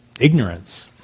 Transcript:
ignorance